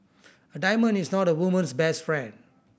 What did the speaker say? a diamond is not a woman's best friend